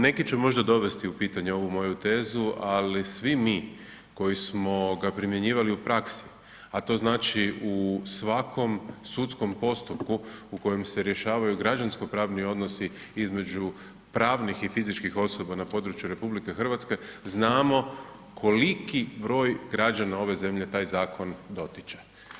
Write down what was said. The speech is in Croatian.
Neki će možda dovesti u pitanje ovu moju tezu ali svi mi koji smo ga primjenjivali u praksi a to znači u svakom sudskom postupku u kojem se rješavaju građansko-pravni odnosi između pravnih i fizičkih osoba na području RH, znamo koliki broj građana ove zemlje taj zakon dotiče.